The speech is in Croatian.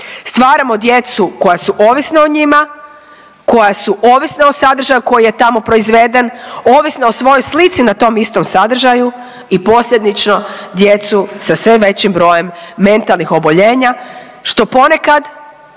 Stvaramo djecu koja su ovisna o njima, koja su ovisna o sadržaju koji je tamo proizveden, ovisna o svojoj slici na tom istom sadržaju i posljedično djecu sa sve većim brojem mentalnih oboljenja što ponekad,